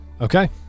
Okay